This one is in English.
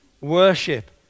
worship